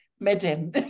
madam